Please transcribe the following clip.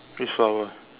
which flower